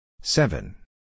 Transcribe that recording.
seven